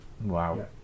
wow